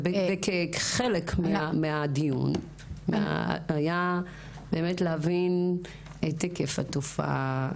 חלק הדיון היה באמת להבין את היקף התופעה,